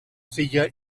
silla